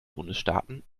bundesstaaten